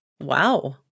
Wow